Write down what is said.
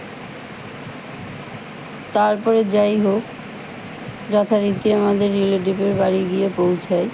তারপরে যাইহোক যথারীতি আমাদের রিলেটিভের বাড়ি গিয়ে পৌঁছাই